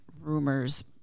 Rumors